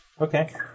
Okay